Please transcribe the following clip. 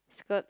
skirt